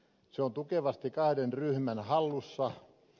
se on tukevasti kahden ryhmän hallussa